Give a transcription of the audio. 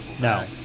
No